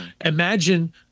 Imagine –